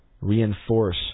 reinforce